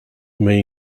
may